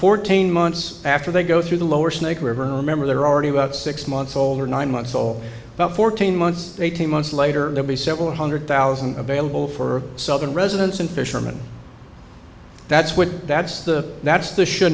fourteen months after they go through the lower snake river remember there are already about six months old or nine months old about fourteen months eighteen months later they'll be several hundred thousand available for southern residents and fisherman that's what that's the that's the should